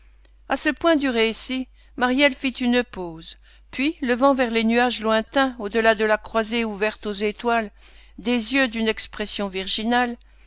à ce point du récit maryelle fit une pause puis levant vers les nuages lointains au delà de la croisée ouverte aux étoiles des yeux d'une expression virginale